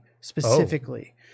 specifically